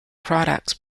products